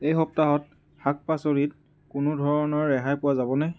এই সপ্তাহত শাক পাচলিত কোনো ধৰণৰ ৰেহাই পোৱা যাবনে